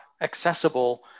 accessible